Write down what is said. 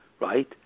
right